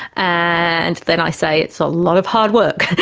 and then i say it's a lot of hard work,